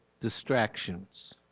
distractions